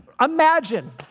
imagine